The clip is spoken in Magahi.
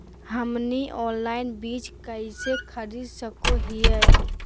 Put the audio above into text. हमनी ऑनलाइन बीज कइसे खरीद सको हीयइ?